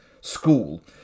school